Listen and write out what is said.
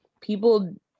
people